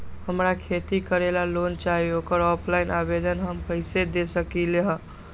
हमरा खेती करेला लोन चाहि ओकर ऑफलाइन आवेदन हम कईसे दे सकलि ह?